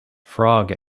frog